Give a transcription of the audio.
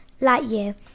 Lightyear